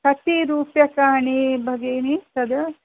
कति रूप्यकाणि भगिनी तद्